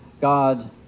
God